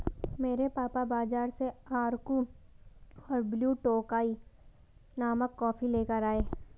मेरे पापा बाजार से अराकु और ब्लू टोकाई नामक कॉफी लेकर आए